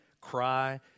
cry